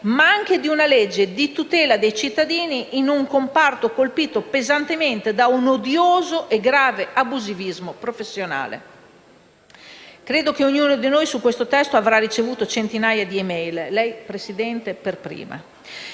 ma è anche una legge a tutela dei cittadini in un comparto colpito pesantemente da un odioso e grave abusivismo professionale. Credo che ognuno di noi su questo testo avrà ricevuto centinaia di *e-mail* - lei, signora